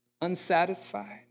unsatisfied